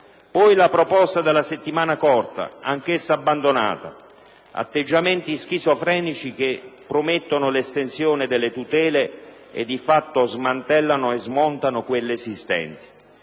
la proposta della settimana corta, anch'essa abbandonata. Si tratta di atteggiamenti schizofrenici che promettono l'estensione delle tutele e, di fatto, smantellano e smontano quelle esistenti.